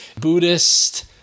Buddhist